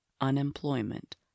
Unemployment